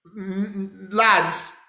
lads